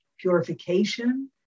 purification